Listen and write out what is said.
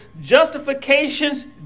Justification's